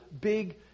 big